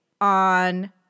on